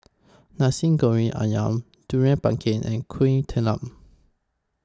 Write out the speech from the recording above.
Nasi Goreng Ayam Durian Pengat and Kuih Talam